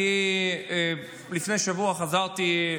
אני לפני שבוע חזרתי,